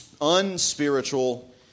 unspiritual